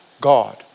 God